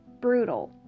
brutal